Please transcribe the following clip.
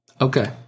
Okay